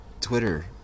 Twitter